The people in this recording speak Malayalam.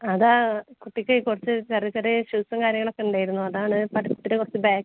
അതാ കുട്ടിക്ക് കുറച്ച് ചെറിയ ചെറിയ ഇഷ്യൂസും കാര്യങ്ങളുമൊക്കെ ഉണ്ടായിരുന്നു അതാണ് പഠിത്തത്തിൽ കുറച്ച് ബാക്ക്